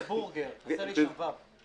--- וירצבורגר חסר לי שם ו'.